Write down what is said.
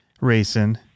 racing